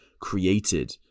created